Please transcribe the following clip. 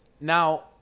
Now